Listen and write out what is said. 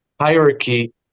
hierarchy